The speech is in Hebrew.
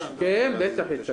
גם.